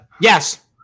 Yes